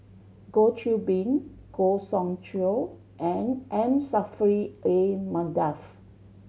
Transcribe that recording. Goh Qiu Bin Goh Soon Tioe and M Saffri A Manaf